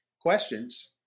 questions